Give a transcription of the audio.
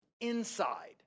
inside